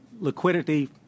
liquidity